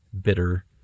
bitter